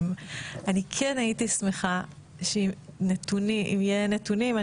כן הייתי שמחה אם יהיו נתונים.